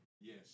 Yes